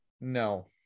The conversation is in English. No